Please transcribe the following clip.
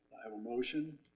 i have a motion?